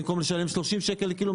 במקום לשלם 30 שקלים לקילו,